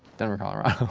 denver, colorado.